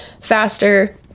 faster